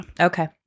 Okay